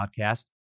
podcast